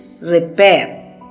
repair